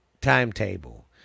timetable